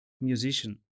musician